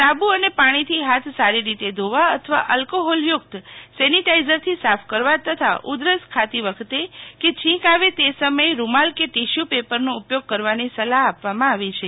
સાબુ અને પાણીથી હાથ સારી રીતે ધોવા અથવા આલ્કોહોલયુક્ત સેનિટાઈઝરથી સાફ કરવા તથા ઉધરસ ખાતી વખતે કે છીંક આવે તે સમયે રૂમાલ કે ટીશ્યુ પેપરનો ઉપયોગ કરવાની સલાહ આપવામાં આવી છે